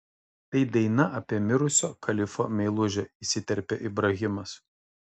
tai daina apie mirusio kalifo meilužę įsiterpė ibrahimas